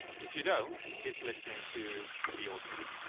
if you don't, it's listening to the audience.